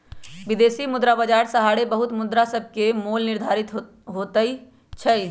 विदेशी मुद्रा बाजार सहारे बहुते मुद्रासभके मोल निर्धारित होतइ छइ